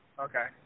okay